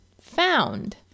found